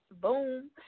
Boom